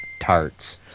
tarts